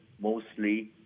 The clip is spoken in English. mostly